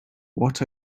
what